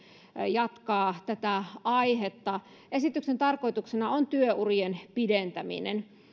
jatkaa tätä aihetta esityksen tarkoituksena on työurien pidentäminen